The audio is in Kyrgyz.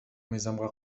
мыйзамга